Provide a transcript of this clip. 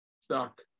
stuck